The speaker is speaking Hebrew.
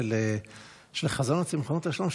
של חזון הצמחונות והשלום,